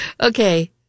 Okay